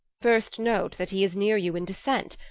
first note, that he is neere you in discent,